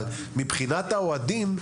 אבל מבחינת האוהדים,